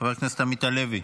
חבר הכנסת עמית הלוי.